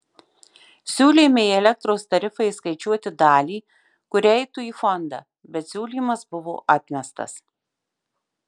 siūlėme į elektros tarifą įskaičiuoti dalį kuri eitų į fondą bet siūlymas buvo atmestas